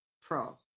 pro